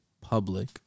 public